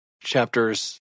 chapters